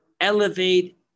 elevate